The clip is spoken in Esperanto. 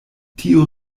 tio